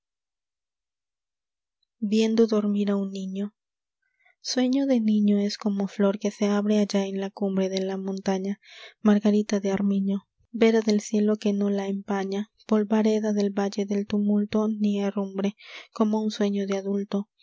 viendo dormir a un niño ü e ñ o de niño es como flor que se abre allá en la cumbre de la montaña margarita de armiño vera del cielo que no la empaña polvareda del valle del tumulto ni herrumbre como a sueño de adulto